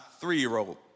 three-year-old